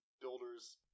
builders